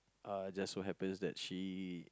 uh just so happens that she